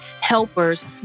helpers